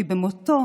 כי במותו